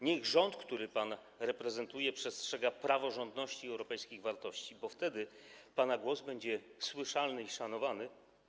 Niech rząd, który pan reprezentuje, przestrzega praworządności i europejskich wartości, bo wtedy pana głos będzie słyszalny i szanowany.